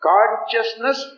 Consciousness